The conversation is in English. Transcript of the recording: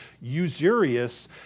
usurious